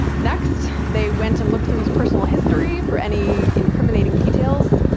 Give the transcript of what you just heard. next, they went and looked through his personal history for any incriminating details.